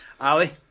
Ali